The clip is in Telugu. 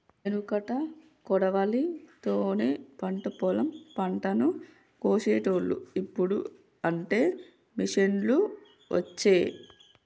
ఎనుకట కొడవలి తోనే పంట పొలం పంటను కోశేటోళ్లు, ఇప్పుడు అంటే మిషిండ్లు వచ్చే